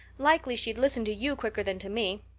likely she'd listen to you quicker than to me.